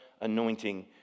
anointing